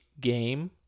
game